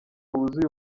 wuzuye